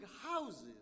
houses